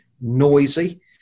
noisy